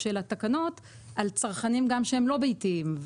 של התקנות על צרכנים שהם לא ביתיים.